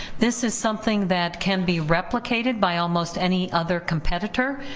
this is something that can be replicated by almost any other competitor,